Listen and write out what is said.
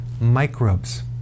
microbes